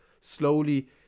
slowly